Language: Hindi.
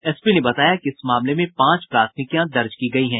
एसपी ने बताया कि इस मामले में पांच प्राथमिकियां दर्ज की गयी हैं